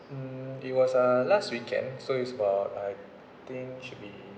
mm it was uh last weekend so it's about I think should be